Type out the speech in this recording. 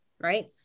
right